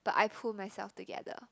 but I pull myself together